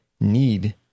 need